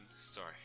Sorry